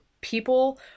people